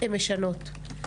הן משנות.